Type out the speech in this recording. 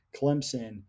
Clemson